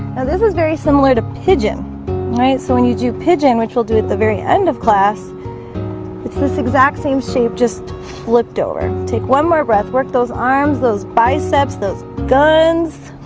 and this is very similar to pigeon alright, so when you do pigeon, which we'll do at the very end of class it's this exact same shape just flipped over take one more breath work. those arms those biceps those guns